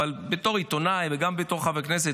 אבל בתור עיתונאי וגם בתור חבר הכנסת,